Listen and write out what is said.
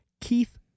Keith